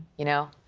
you know,